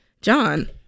John